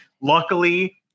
Luckily